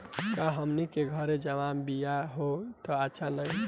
का हमनी के घरे जवन बिया होला उ अच्छा नईखे?